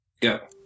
go